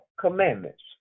commandments